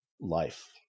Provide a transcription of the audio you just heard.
life